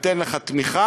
אתן לך תמיכה,